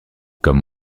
comme